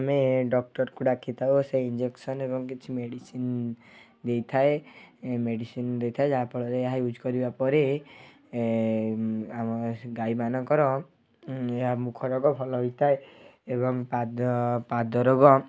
ଆମେ ଡ଼କ୍ଟର୍କୁ ଡ଼ାକି ଥାଉ ସେ ଇଞ୍ଜେକସନ୍ ଏବଂ କିଛି ମେଡ଼ିସିନ୍ ଦେଇଥାଏ ମେଡ଼ିସିନ୍ ଦେଇଥାଏ ଯାହା ଫଳରେ ଏହା ୟ୍ୟୁଜ୍ କରିବା ପରେ ଆମ ଗାଈମାନଙ୍କର ଏହା ମୁଖ ରୋଗ ଭଲ ହୋଇଥାଏ ଏବଂ ପାଦ ପାଦ ରୋଗ